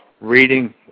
reading